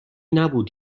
نبود